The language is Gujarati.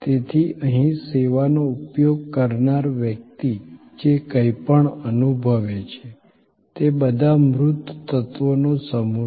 તેથી અહીં સેવાનો ઉપયોગ કરનાર વ્યક્તિ જે કંઈપણ અનુભવે છે તે બધા મૂર્ત તત્વોનો સમૂહ છે